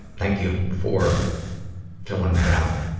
thank you for filling that out.